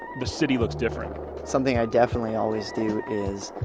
the city looks different something i definitely always do is